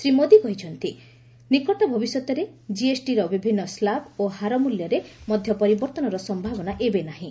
ଶ୍ରୀ ମୋଦି କହିଛନ୍ତି ନିକଟ ଭବିଷ୍ୟତରେ ଜିଏସ୍ଟିର ବିଭିନ୍ନ ସ୍ଲାବ୍ ଓ ହାର ମଲ୍ୟରେ ମଧ୍ୟ ପରିବର୍ତ୍ତନର ସମ୍ଭାବନା ଏବେ ନାହିଁ